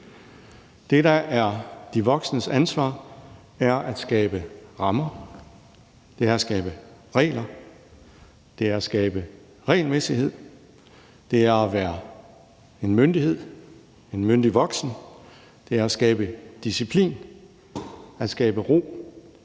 Det, der er de voksnes ansvar, er at skabe rammer, regler og regelmæssighed. Det er at være en myndighed, en myndig voksen. Det er at skabe disciplin og at skabe ro